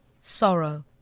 sorrow